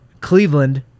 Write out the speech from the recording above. Cleveland